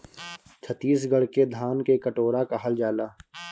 छतीसगढ़ के धान के कटोरा कहल जाला